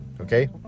Okay